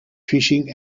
fishing